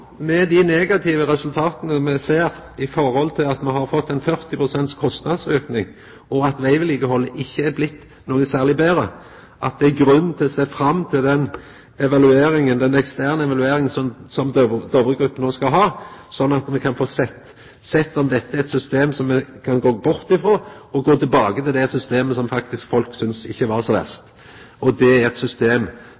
med dei negative resultata me ser når me har fått ein 40 pst. kostnadsauke og at vegvedlikehaldet ikkje er blitt noko særleg betre, at det er grunn til å sjå fram til den eksterne evalueringa som Dovre Group no skal gjera, slik at me kan få sett om dette er eit system som me kan gå bort frå og gå tilbake til det systemet som folk faktisk syntest ikkje var så